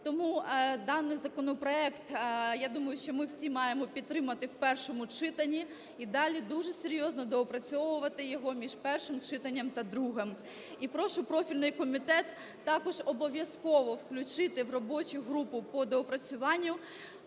Тому даний законопроект, я думаю, що ми всі маємо підтримати в першому читанні і далі дуже серйозно доопрацьовувати його між першим читання та другим. І прошу профільний комітет також обов'язково включити в робочу групу по доопрацюванню